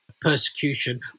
persecution